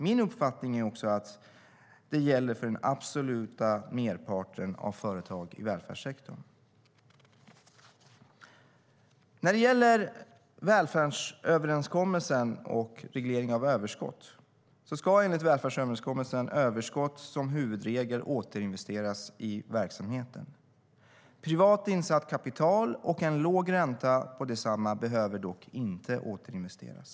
Min uppfattning är också att det gäller för den absoluta merparten av företagen i välfärdssektorn. När det gäller välfärdsöverenskommelsen och regleringen av överskott ska enligt välfärdsöverenskommelsen överskott som huvudregel återinvesteras i verksamheten. Privat insatt kapital och en låg ränta på detsamma behöver dock inte återinvesteras.